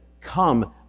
come